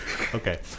Okay